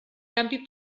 canvi